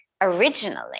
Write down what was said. originally